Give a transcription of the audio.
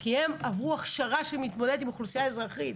כי הם עברו הכשרה כדי להתמודד עם אוכלוסייה אזרחית.